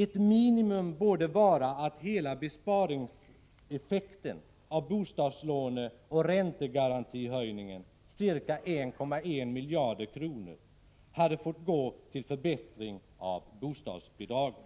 Ett minimum borde vara att hela besparingseffekten av bostadslåneoch räntegarantihöjningen — ca 1,1 miljarder kronor — hade fått gå till förbättring av bostadsbidragen.